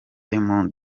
mon